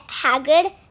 Hagrid